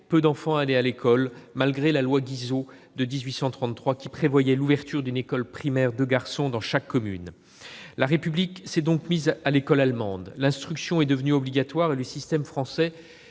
peu d'enfants allaient à l'école, malgré la loi Guizot de 1833, qui prévoyait l'ouverture d'une école primaire de garçons dans chaque commune. La République s'est donc mise à l'école allemande : l'instruction est devenue obligatoire et le système français